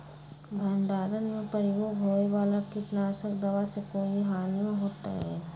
भंडारण में प्रयोग होए वाला किट नाशक दवा से कोई हानियों होतै?